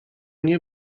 nie